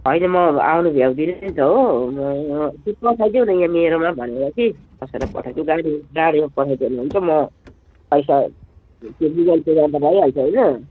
होइन म आउन भ्याउँदिनँ नि त हो कि पठाइदेऊ न यहाँ मेरोमा भनेर कि कसैलाई पठाइदेऊ गाडी गाडीमा पठाइदियो भने हुन्छ म पैसा त्यो गुगल पे गर्दा भइहाल्छ होइन